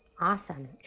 Awesome